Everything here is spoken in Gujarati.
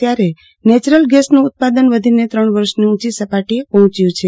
ત્યારે નેચરલ ગેસનું ઉત્પાદન વધીને ત્રણ વર્ષની ઉંચી સપાટીએ પહોંચ્યું છે